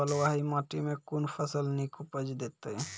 बलूआही माटि मे कून फसल नीक उपज देतै?